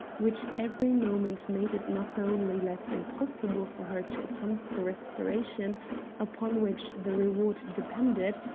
which every moment made it not only less impossible for her to attempt the restoration upon which the reward depended,